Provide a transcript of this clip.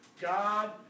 God